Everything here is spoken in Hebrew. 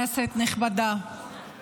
נעבור לנושא הבא על סדר-היום,